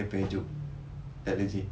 dia punya joke like legit